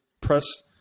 press